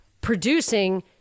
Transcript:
producing